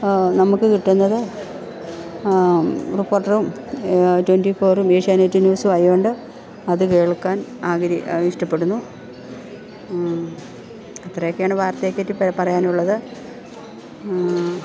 നമുക്ക് കിട്ടുന്നത് റിപ്പോർട്ടറും ട്വൻറ്റി ഫോറും ഏഷ്യാനെറ്റ് ന്യൂസുമായത് കൊണ്ട് അത് കേൾക്കാൻ ആഗ്ര ഇഷ്ടപ്പെടുന്നു അത്രയൊക്കെയാണ് വാർത്തയെ പറ്റി പറയാനുള്ളത്